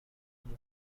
مهمه